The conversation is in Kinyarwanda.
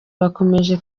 bakomeje